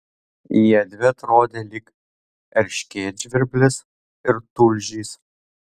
jiedvi atrodė lyg erškėtžvirblis ir tulžys